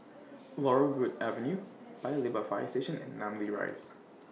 Laurel Wood Avenue Paya Lebar Fire Station and Namly Rise